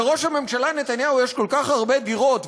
לראש הממשלה נתניהו יש כל כך הרבה דירות,